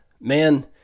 man